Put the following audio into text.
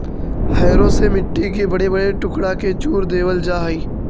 harrow से मट्टी के बड़े बड़े टुकड़ा के चूर देवल जा हई